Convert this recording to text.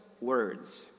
words